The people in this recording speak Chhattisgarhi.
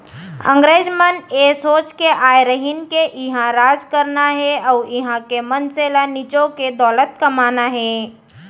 अंगरेज मन ए सोच के आय रहिन के इहॉं राज करना हे अउ इहॉं के मनसे ल निचो के दौलत कमाना हे